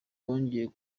bongera